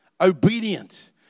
obedient